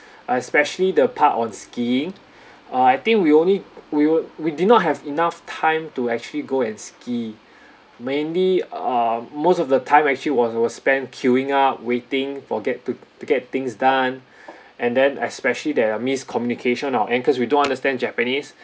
uh especially the part on skiing uh I think we only we on~ we did not have enough time to actually go and ski mainly uh most of the time actually was was spend queueing up waiting for get to to get things done and then especially there are miscommunication oh and cause we don't understand japanese